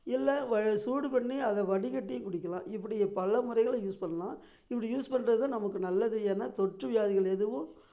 இல்லை வ சூடு பண்ணி அதை வடிகட்டியும் குடிக்கலாம் இப்படிய பல முறைகள யூஸ் பண்ணலாம் இப்படி யூஸ் பண்ணுறது நமக்கு நல்லது ஏன்னா தொற்று வியாதிகள் எதுவும்